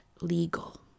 legal